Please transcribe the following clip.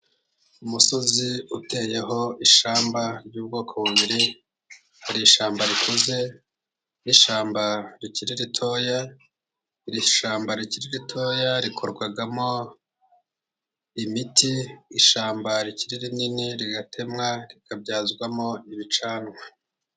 Umusozi uteyeho ishyamba ry'ubwoko bubiri, hari ishyamba rikuze n'ishyamba rikiri ritoya, iri shyamba rikiri ritoya rikorwamo imiti, ishyamba rikiri rinini rigatemwa rikabyazwamo ibicanwa.